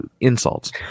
Insults